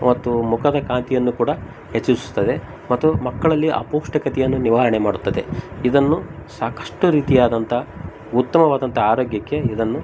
ಮತ್ತು ಮುಖದ ಕಾಂತಿಯನ್ನು ಕೂಡ ಹೆಚ್ಚಿಸುತ್ತದೆ ಮತ್ತು ಮಕ್ಕಳಲ್ಲಿ ಅಪೌಷ್ಟಿಕತೆಯನ್ನು ನಿವಾರಣೆ ಮಾಡುತ್ತದೆ ಇದನ್ನು ಸಾಕಷ್ಟು ರೀತಿಯಾದಂಥ ಉತ್ತಮವಾದಂಥ ಆರೋಗ್ಯಕ್ಕೆ ಇದನ್ನು